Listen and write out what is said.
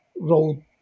wrote